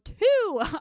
two